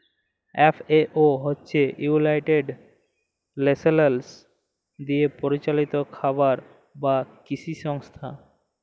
FAO হছে united nations দিয়ে পরিচালিত খাবার এবং কিসি সংস্থা